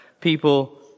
people